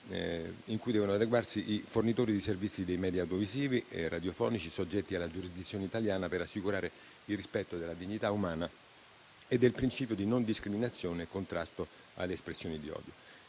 cui devono adeguarsi i fornitori di servizi dei media audiovisivi e radiofonici soggetti alla giurisdizione italiana, per assicurare il rispetto della dignità umana e del principio di non discriminazione e contrasto alle espressioni di odio.